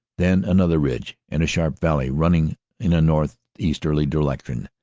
then another ridge, and a sharp valley running in a north easterly direction,